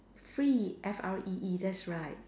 free F R E E that's right